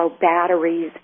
batteries